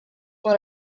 won